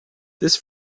this